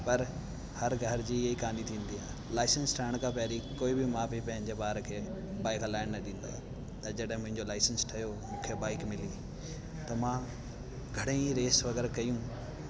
पर हरु घर जी हीअं ई कहानी थींदी आहे लाईसंस ठाहिण खां पहिरीं कोई बि माउ पीउ पंहिंजे ॿार खे बाईक हलाइणु न ॾींदो आहे त जॾहिं मुंहिंजो लाईसंस ठयो मूंखे बाईक मिली त मां घणेई रेस वग़ैरह कयूं